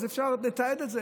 אפשר לתעד את זה.